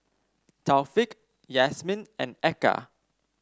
Taufik Yasmin and Eka